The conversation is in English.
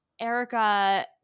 Erica